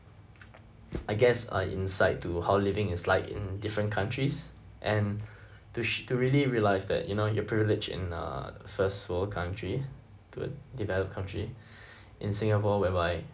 I guess a insight to how living is like in different countries and to sh~ to really realise that you know your privilege in a first world country to a developed country in singapore whereby